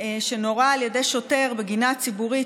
שנורה על ידי שוטר בגינה הציבורית,